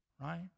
right